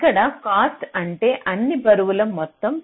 ఇక్కడ కాస్ట్ అంటే అన్ని బరువులు మొత్తం